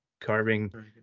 Carving